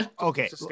Okay